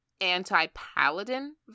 anti-paladin